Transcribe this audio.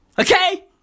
Okay